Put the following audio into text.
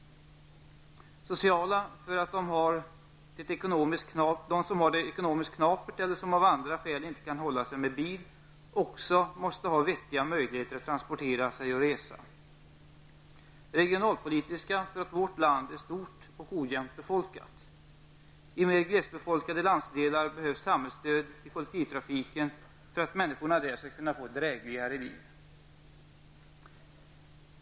Sociala för att de som har det ekonomiskt knapert eller som av andra skäl inte kan hålla sig med bil också måste ha vettiga möjligheter att transportera sig och resa. Regionalpolitiska för att vårt land är stort och ojämnt befolkat. I mer glesbefolkade landsdelar behövs samhällsstöd till kollektivtrafiken för att människor där skall kunna få ett drägligare liv.